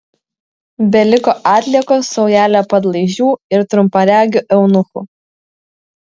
beliko atliekos saujelė padlaižių ir trumparegių eunuchų